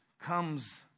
comes